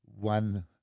one